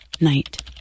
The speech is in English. night